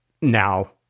Now